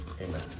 amen